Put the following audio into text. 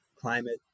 climate